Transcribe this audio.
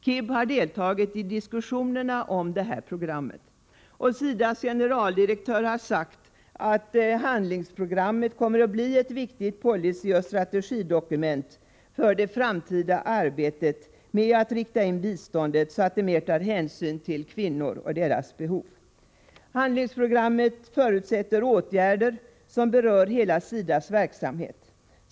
KIB har deltagit i diskussionerna om detta program, och SIDA:s generaldirektör har sagt att handlingsprogrammet kommer att bli ett viktigt policyoch strategidokument för det framtida arbetet med att rikta in biståndet så att det mer tar hänsyn till kvinnor och deras behov. Handlingsprogrammet förutsätter åtgärder som berör hela SIDA:s verksamhet.